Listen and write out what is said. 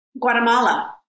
Guatemala